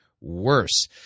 worse